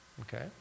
okay